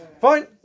Fine